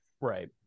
Right